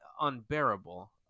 unbearable